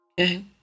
Okay